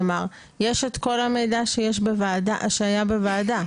כלומר יש את כל המידע שהיה בוועדה.